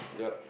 yup